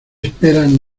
esperan